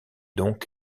donc